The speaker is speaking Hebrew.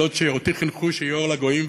זאת שאותי חינכו שהיא אור לגויים,